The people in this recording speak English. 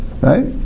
right